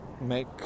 make